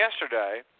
yesterday